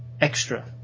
extra